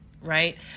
right